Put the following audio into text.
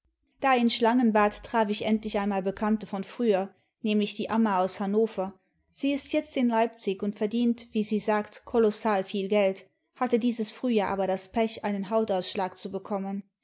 da in schi traf ich endlich einmal bekannte von früher nämlich die amma aus hannover sie ist jetzt in leipzig und verdient wie sie sagt kolossal viel geld hatte dieses frühjahr aber das pech einen hautausschlag zu bekommen